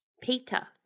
Peter